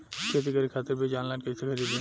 खेती करे खातिर बीज ऑनलाइन कइसे खरीदी?